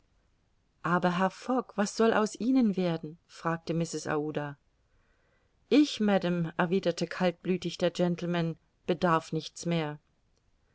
aber herr fogg was soll aus ihnen werden fragte mrs aouda ich madame erwiderte kaltblütig der gentleman bedarf nichts mehr